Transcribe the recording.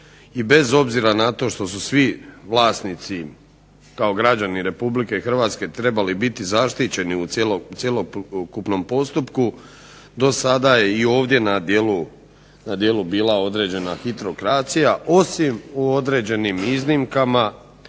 i bez obzira na to što su svi vlasnici kao građani RH trebali biti zaštićeni u cjelokupnom postupku dosada je i ovdje na djelu bila određena hitrokracija, osim u određenim iznimkama,